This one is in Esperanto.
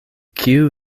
kiu